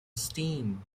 steam